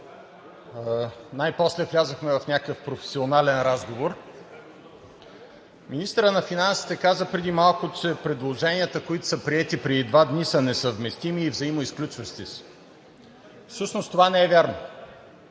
най-после влязохме в някакъв професионален разговор. Министърът на финансите каза преди малко, че предложенията, които са приети преди два дни, са несъвместими и взаимоизключващи се. Всъщност това не е вярно.